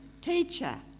Teacher